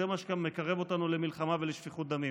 וזה גם מה שמקרב אותנו למלחמה ולשפיכות דמים.